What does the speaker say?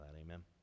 Amen